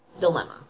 dilemma